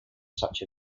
such